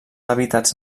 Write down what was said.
hàbitats